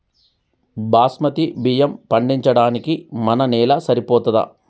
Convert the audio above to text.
బాస్మతి బియ్యం పండించడానికి మన నేల సరిపోతదా?